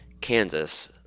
Kansas